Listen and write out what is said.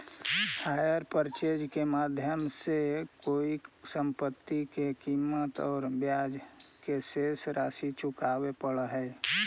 hire purchase के माध्यम से कोई संपत्ति के कीमत औउर ब्याज के शेष राशि चुकावे पड़ऽ हई